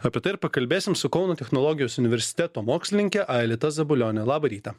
apie tai ir pakalbėsim su kauno technologijos universiteto mokslininke aelita zabulione labą rytą